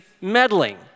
meddling